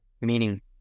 Meaning